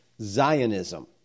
Zionism